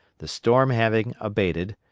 the storm having abated,